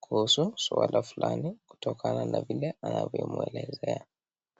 kuhusu swala fulani kutokana na vile alivyomuelezea.